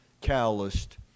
calloused